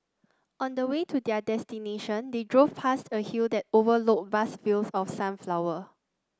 on the way to their destination they drove past a hill that overlooked vast fields of sunflower